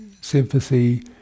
sympathy